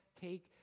take